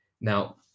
Now